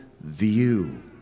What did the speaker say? view